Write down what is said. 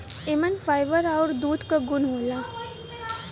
एमन फाइबर आउर दूध क गुन होला